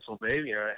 Pennsylvania